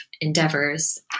endeavors